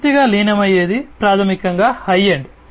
పూర్తిగా లీనమయ్యేది ప్రాథమికంగా హై ఎండ్